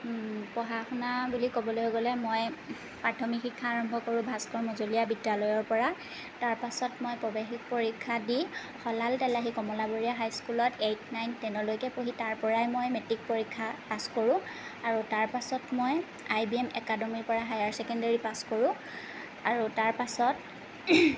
পঢ়াশুনা বুলি ক'বলৈ গ'লে মই প্ৰাথমিক শিক্ষা আৰম্ভ কৰো ভাস্কৰ মজলীয়া বিদ্যালয়ৰ পৰা তাৰ পাছত মই প্ৰৱেশিকা পৰীক্ষাত দি হলাল তেলাহী কমলাবৰীয়া হাইস্কুলত এইট নাইন টেনলৈকে পঢ়ি তাৰ পৰাই মই মেট্ৰিক পৰীক্ষা পাছ কৰোঁ আৰু তাৰ পাছত মই আই বি এম একাডেমিৰ পৰা হায়াৰ ছেকেণ্ডাৰী পাছ কৰোঁ আৰু তাৰ পাছত